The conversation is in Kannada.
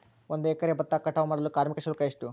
ಒಂದು ಎಕರೆ ಭತ್ತ ಕಟಾವ್ ಮಾಡಲು ಕಾರ್ಮಿಕ ಶುಲ್ಕ ಎಷ್ಟು?